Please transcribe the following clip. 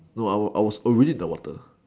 no I was I was already in the water